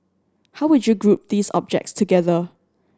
how would you group these objects together